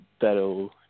that'll